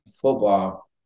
football